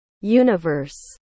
universe